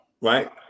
Right